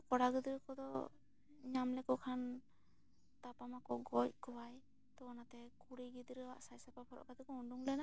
ᱦᱩᱛᱩᱲ ᱫᱩᱨᱜᱟ ᱫᱚ ᱠᱚᱲᱟ ᱜᱤᱫᱽᱨᱟᱹ ᱠᱚᱫᱚ ᱧᱟᱢ ᱞᱮᱠᱚ ᱠᱷᱟᱱ ᱛᱟᱯᱟᱢᱟᱠᱚ ᱜᱚᱡ ᱠᱚᱣᱟᱭ ᱚᱱᱟᱛᱮ ᱠᱩᱲᱤ ᱜᱤᱫᱽᱨᱟᱹᱣᱟᱜ ᱥᱟᱭ ᱥᱟᱯᱟᱵ ᱦᱚᱨᱚᱜ ᱠᱟᱛᱮᱜ ᱠᱚ ᱩᱰᱩᱝ ᱞᱮᱱᱟ